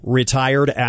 retired